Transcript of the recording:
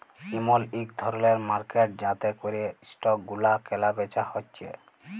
ইমল ইক ধরলের মার্কেট যাতে ক্যরে স্টক গুলা ক্যালা বেচা হচ্যে